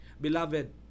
beloved